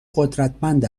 قدرتمند